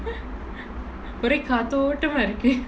ஒரே காத்தோட்டமா இருக்கு:orae kaathotamaa irukku